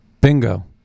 Bingo